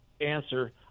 answer